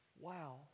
wow